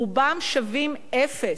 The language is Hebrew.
רובם שווים אפס.